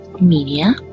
media